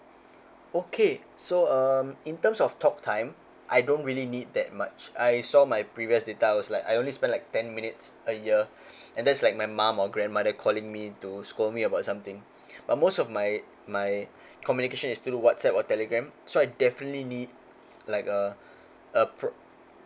okay so um in terms of talktime I don't really need that much I saw my previous data was like I only spend like ten minutes a year and that's like my mom or grandmother calling me to scold me about something uh most of my my communication is through WhatsApp or telegram so I definitely need like uh uh